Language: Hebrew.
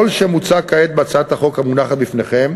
כל שמוצע כעת בהצעת החוק המונחת לפניכם